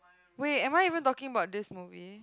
wait am I even talking about this movie